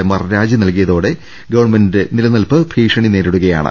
A മാർ രാജി നൽകിയതോടെ ഗവൺമെന്റിന്റെ നിലനിൽപ്പ് ഭീഷണി നേരിടുകയാണ്